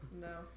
No